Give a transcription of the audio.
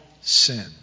sin